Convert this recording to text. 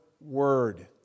word